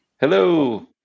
Hello